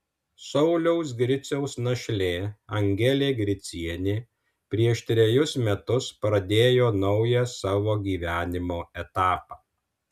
sauliaus griciaus našlė angelė gricienė prieš trejus metus pradėjo naują savo gyvenimo etapą